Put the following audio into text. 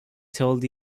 told